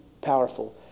powerful